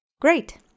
Great